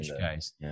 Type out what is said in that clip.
guys